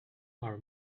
our